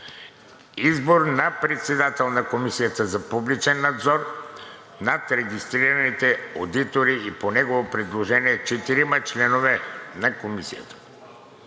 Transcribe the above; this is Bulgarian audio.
Избор на председател на Комисията за публичен надзор над регистрираните одитори и по негово предложение – четирима членове на Комисията.